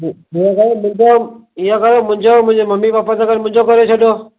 ईअं कयो मुंहिंजो ईअं कयो मुंहिंजो मुंहिंजे मम्मी पापा सां गॾु मुंहिंजो करे छॾियो